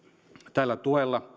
tällä tuella